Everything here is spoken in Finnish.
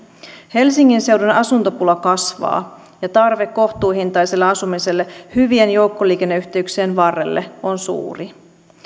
helsingin seudun asuntopula kasvaa ja tarve kohtuuhintaiselle asumiselle hyvien joukkoliikenneyhteyksien varrelle on suuri